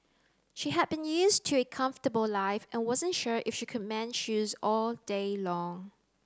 she had been used to a comfortable life and wasn't sure if she could mend shoes all day long